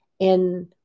And-